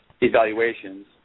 evaluations